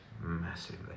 Massively